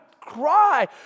cry